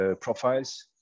profiles